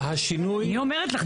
אני אומרת לך,